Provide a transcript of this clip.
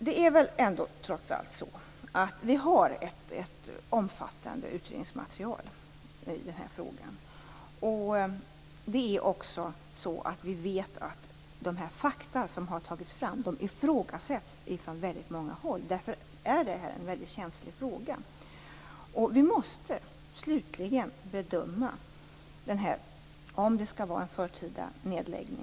Det är väl trots allt på det sättet att vi har ett omfattande utredningsmaterial när det gäller denna fråga. Vi vet också att de faktauppgifter som har tagits fram ifrågasätts från väldigt många håll. Därför är detta en mycket känslig fråga. Vi måste slutligen bedöma om det skall ske en förtida nedläggning.